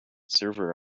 server